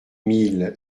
mille